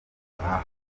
kuryumva